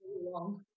long